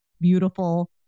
beautiful